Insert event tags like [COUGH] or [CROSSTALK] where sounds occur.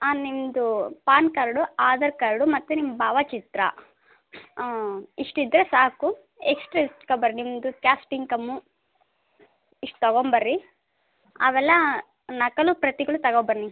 ಹಾಂ ನಿಮ್ಮದು PAN card Aadhaar card ಮತ್ತೆ ನಿಮ್ಮ ಭಾವಚಿತ್ರ ಇಷ್ಟಿದ್ದರೆ ಸಾಕು [UNINTELLIGIBLE] ನಿಮ್ಮದು ಕ್ಯಾಸ್ಟ್ ಇನ್ಕಮು ಇಷ್ಟು ತಗೊಂಡು ಬರ್ರಿ ಅವೆಲ್ಲ ನಕಲು ಪ್ರತಿಗಳು ತಗೋ ಬನ್ನಿ